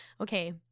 okay